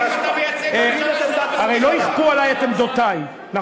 איך אתה מייצג, בממשלה שאתה לא מסכים אתה?